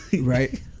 right